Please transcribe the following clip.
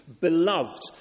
beloved